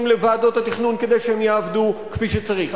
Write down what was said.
לוועדות התכנון כדי שהן יעבדו כפי שצריך.